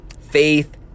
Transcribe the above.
faith